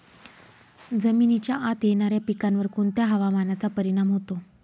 जमिनीच्या आत येणाऱ्या पिकांवर कोणत्या हवामानाचा परिणाम होतो?